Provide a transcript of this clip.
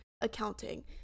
accounting